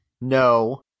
No